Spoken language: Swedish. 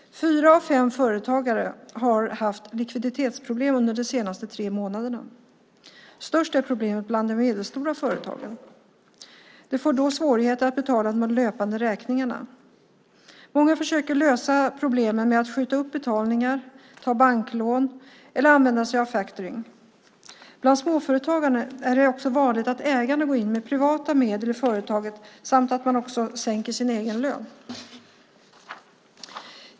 Fyra av fem företagare har haft likviditetsproblem under de senaste tre månaderna. Störst är problemet bland de medelstora företagen. De får då svårigheter att betala de löpande räkningarna. Många försöker lösa problemen med att skjuta upp betalningar, ta banklån eller använda sig av factoring. Bland småföretagarna är det också vanligt att ägaren går in med privata medel i företaget samt att man sänker sin egen lön.